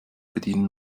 bedienen